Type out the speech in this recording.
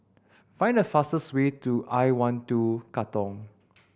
find the fastest way to I One Two Katong